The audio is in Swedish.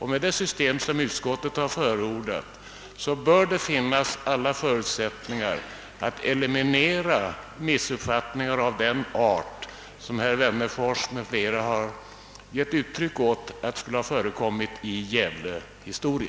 Med det system som utskottet har förordat bör det finnas alla förutsättningar att eliminera missuppfattningar av den art som enligt vad herr Wennerfors m.fl. har anfört skulle ha förekommit i Gävle.